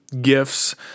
Gifts